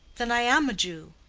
then i am a jew?